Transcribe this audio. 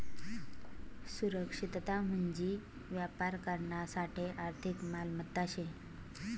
सुरक्षितता म्हंजी व्यापार करानासाठे आर्थिक मालमत्ता शे